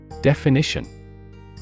Definition